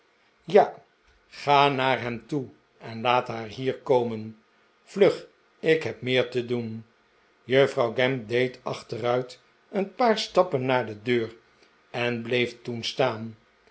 ja ga naar hem toe en laat haar hier komen vlug ik heb meer te doen juffrouw gamp deed achteruit een paar stappen naar de deur en bleef toen staan